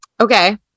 Okay